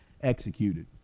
executed